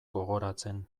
gogoratzen